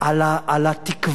על התקווה,